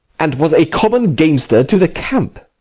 and was a common gamester to the camp.